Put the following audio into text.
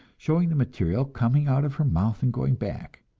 showing the material coming out of her mouth and going back!